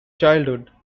childhood